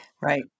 Right